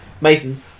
Masons